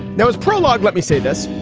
now, prologue let me say this.